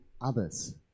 others